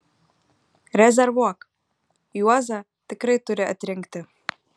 rezervuok juozą tikrai turi atrinkti